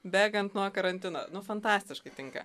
bėgant nuo karantino nu fantastiškai tinka